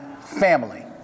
family